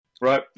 Right